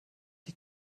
die